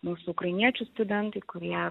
mūsų ukrainiečių studentai kurie